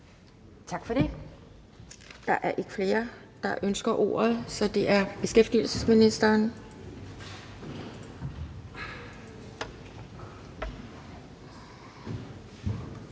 Tak for det. Der er ikke flere, der ønsker ordet. Så er det beskæftigelsesministeren.